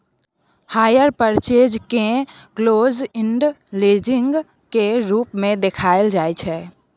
hire purchase केँ close end leasing केर रूप मे देखाएल जाइ छै